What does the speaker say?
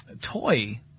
toy